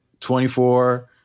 24